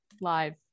live